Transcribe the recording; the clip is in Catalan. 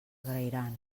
agrairan